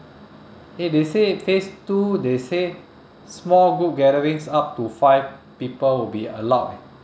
eh they say phase two they say small group gatherings up to five people will be allowed eh